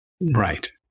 Right